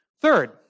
Third